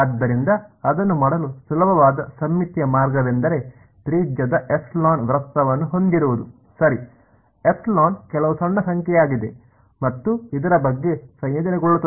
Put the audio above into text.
ಆದ್ದರಿಂದ ಅದನ್ನು ಮಾಡಲು ಸುಲಭವಾದ ಸಮ್ಮಿತೀಯ ಮಾರ್ಗವೆಂದರೆ ತ್ರಿಜ್ಯದ ಎಪ್ಸಿಲಾನ್ ವೃತ್ತವನ್ನು ಹೊಂದಿರುವುದು ಸರಿ ಎಪ್ಸಿಲಾನ್ ಕೆಲವು ಸಣ್ಣ ಸಂಖ್ಯೆಯಾಗಿದೆ ಮತ್ತು ಇದರ ಬಗ್ಗೆ ಸಂಯೋಜನೆಗೊಳ್ಳುತ್ತದೆ